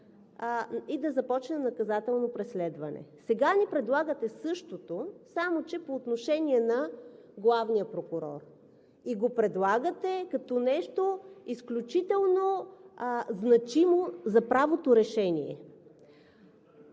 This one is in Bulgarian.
и да започне наказателно преследване. Сега ни предлагате същото, само че по отношение на главния прокурор, и го предлагате като нещо изключително значимо за правото решение!